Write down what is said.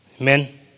Amen